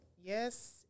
Yes